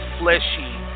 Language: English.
fleshy